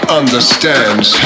understands